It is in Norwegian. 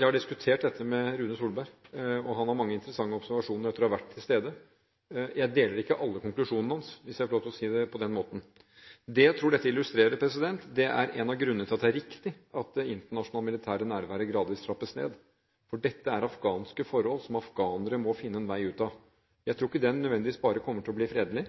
har diskutert dette med Rune Solberg. Han har mange interessante observasjoner, etter å ha vært til stede. Jeg deler ikke alle konklusjonene hans – hvis jeg får lov til å si det på den måten. Det jeg tror dette illustrerer, er en av grunnene til at det er riktig at det internasjonale militære nærværet gradvis trappes ned. For dette er afghanske forhold, som afghanere må finne en vei ut av. Jeg tror ikke den nødvendigvis bare kommer til å bli fredelig.